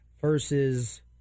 versus